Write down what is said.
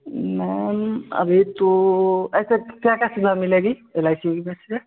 ma'am अभी तो ऐसे क्या क्या सुविधा मिलेगी एल आई सी में से